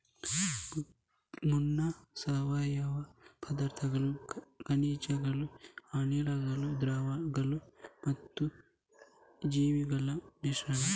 ಮಣ್ಣು ಸಾವಯವ ಪದಾರ್ಥಗಳು, ಖನಿಜಗಳು, ಅನಿಲಗಳು, ದ್ರವಗಳು ಮತ್ತು ಜೀವಿಗಳ ಮಿಶ್ರಣ